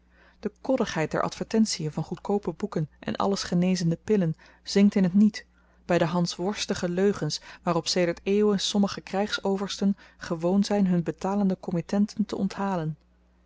de koddigheid der advertentien van goedkoope boeken en allesgenezende pillen zinkt in t niet by de hansworstige leugens waarop sedert eeuwen sommige krygsoversten gewoon zyn hun betalende kommittenten te onthalen